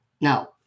Now